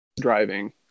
driving